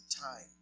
time